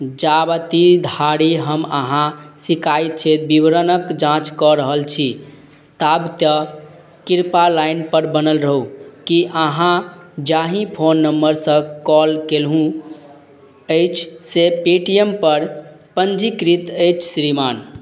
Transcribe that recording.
जाबति धरि हम अहाँ सिकायत विवरणक जाँच कऽ रहल छी ताबत कृपया लाइन पर बनल रहू की अहाँ जाहि फोन नम्बर सँ कॉल ई कयलहुँ अछि से पेटीएम पर पञ्जीकृत अछि श्रीमान